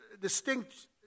distinct